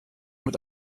mit